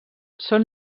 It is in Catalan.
són